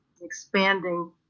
expanding